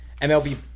MLB